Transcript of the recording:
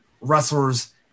wrestlers